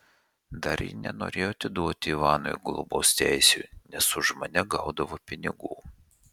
dar ji nenorėjo atiduoti ivanui globos teisių nes už mane gaudavo pinigų